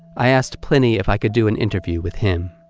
i asked pliny if i could do an interview with him.